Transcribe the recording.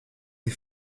les